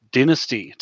Dynasty